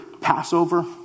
Passover